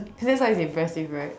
that's why it's impressive right